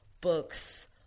books